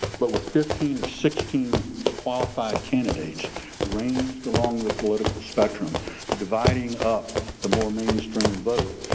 but with fifteen or sixteen qualified candidates ranged along the political spectrum dividing up the more mainstream vote.